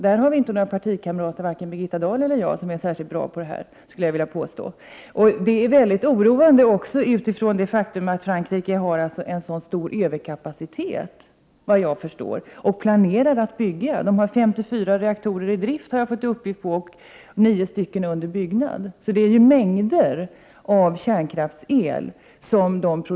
Där har varken Birgitta Dahl eller jag några partikamrater som är särskilt bra på det här, skulle jag vilja påstå. Utifrån det faktum att Frankrike, såvitt jag förstår, har en så stor överkapacitet är det också mycket oroande att man, enligt uppgift, har 54 reaktorer i drift och 9 under byggnad. Frankrike producerar mängder av kärnkraftsel.